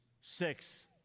six